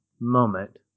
moment